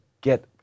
get